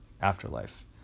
afterlife